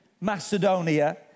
Macedonia